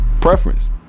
Preference